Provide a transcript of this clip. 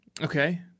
Okay